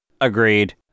Agreed